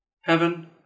Heaven